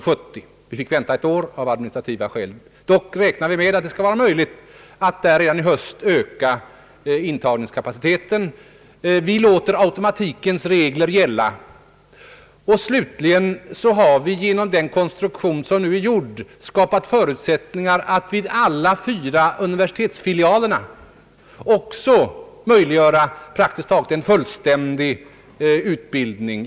Beträffande den sistnämnda skolan fick vi vänta ett år av administrativa skäl; dock räknar vi med att det skall vara möjligt att redan i höst öka intagningskapaciteten. Vi låter automatikens regler gälla. Slutligen har vi genom den konstruktion som nu har gjorts skapat förutsättningar för att vid alla fyra universitetsfilialerna möjliggöra praktiskt taget en fullständig ekonomutbildning.